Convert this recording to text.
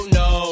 no